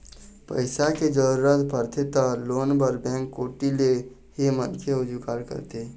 पइसा के जरूरत परथे त लोन बर बेंक कोती ले ही मनखे ह जुगाड़ करथे